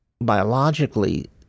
biologically